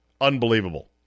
Unbelievable